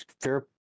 Fair